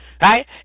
right